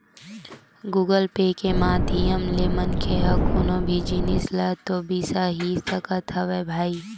Google Pay के माधियम ले मनखे ह कोनो भी जिनिस ल तो बिसा ही सकत हवय भई